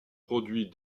produits